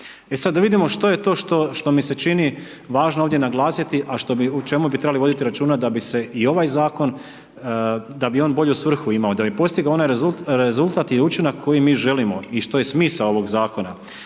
E sada da vidimo što je to što mi se čini važno ovdje naglasiti a o čemu bi trebalo voditi računa da bi se i ovaj zakon, da bi on bolju svrhu imao, da bi postigao onaj rezultat i učinak koji mi želimo i što je smisao ovog zakona.